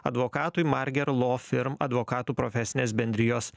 advokatui marger law firm advokatų profesinės bendrijos